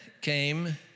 came